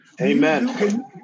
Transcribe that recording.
Amen